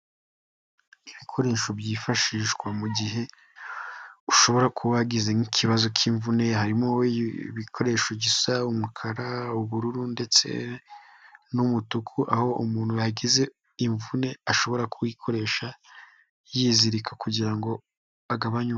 Ibikoresho byifashishwa mu gihe ushobora kuba wagize nk'ikibazo cy'imvune, harimo ibikoresho gisa umukara, ubururu ndetse n'umutuku, aho umuntu yagize imvune ashobora kuyikoresha yizirika kugira ngo agabanye uburibwe.